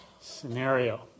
scenario